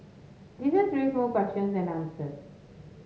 this has raised more questions than answers